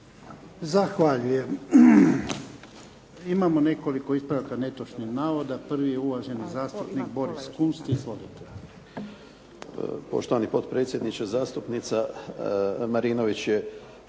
Zahvaljujem. Imamo nekoliko ispravaka netočnih navoda. Prvi je uvaženi zastupnik Boris Kunst. **Kunst,